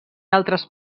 altres